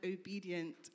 obedient